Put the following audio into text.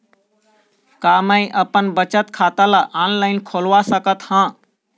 का मैं अपन बचत खाता ला ऑनलाइन खोलवा सकत ह?